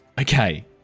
Okay